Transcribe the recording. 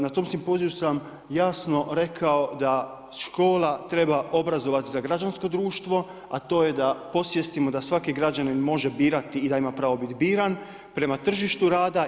Na tom simpoziju sam jasno rekao da škola treba obrazovati za građansko društvo, a to je da podsvjestimo da svaki građanin može birati i da ima pravo biti biran, prema tržištu rada.